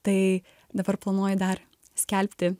tai dabar planuoju dar skelbti